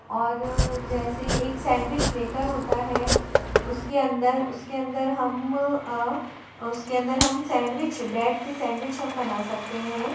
और जैसे एक सैंडविच मेकर होता है उसके अंदर उसके अंदर हम उस के अंदर हम सैंडविच ब्रेड के सैंडविच हम बना सकते हैं